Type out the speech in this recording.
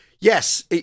yes